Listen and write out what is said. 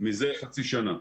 מזה חצי שנה.